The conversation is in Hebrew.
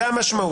זאת המשמעות.